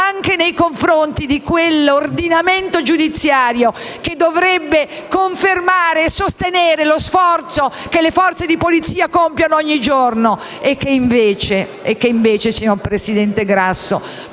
anche nei confronti dell'ordinamento giudiziario, che dovrebbe confermare e sostenere lo sforzo che le forze di polizia compiono ogni giorno; accade invece che talvolta